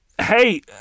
hey